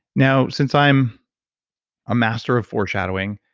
now, since i'm a master of foreshadowing,